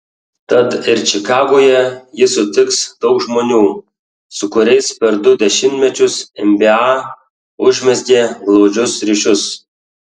tad ir čikagoje jis sutiks daug žmonių su kuriais per du dešimtmečius nba užmezgė glaudžius ryšius